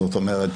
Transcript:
זאת אומרת,